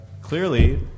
clearly